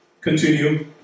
Continue